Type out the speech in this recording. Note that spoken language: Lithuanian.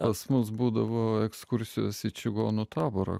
pas mus būdavo ekskursijos į čigonų taborą